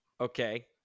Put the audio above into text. Okay